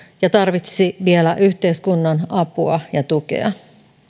ja tarvitsisi vielä yhteiskunnan apua ja tukea